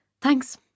Thanks